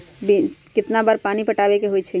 कितना बार पानी पटावे के होई छाई?